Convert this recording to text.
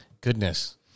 Goodness